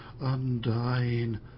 undying